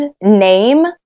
name